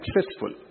successful